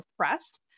oppressed